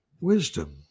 wisdom